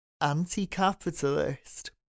anti-capitalist